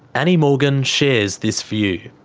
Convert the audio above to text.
annie morgan shares this view.